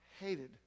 hated